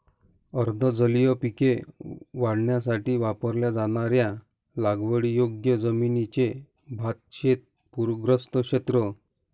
अर्ध जलीय पिके वाढवण्यासाठी वापरल्या जाणाऱ्या लागवडीयोग्य जमिनीचे भातशेत पूरग्रस्त क्षेत्र